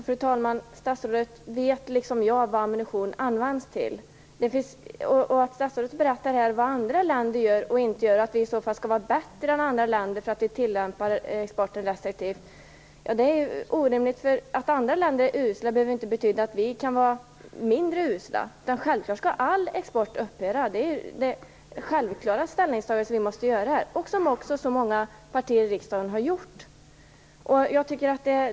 Fru talman! Statsrådet vet, liksom jag, vad ammunition används till. Det är orimligt att statsrådet här berättar vad andra länder gör och låter påskina att vi skulle vara bättre än andra länder för att vi tillämpar exporten restriktivt. Att andra länder är usla behöver inte betyda att vi kan vara litet mindre usla. Självfallet skall all export upphöra. Det är det självklara ställningstagande som vi måste göra, och som också många partier i riksdagen har gjort.